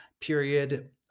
period